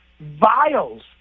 vials